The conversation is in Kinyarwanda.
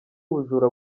ubujura